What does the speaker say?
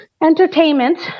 entertainment